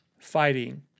fighting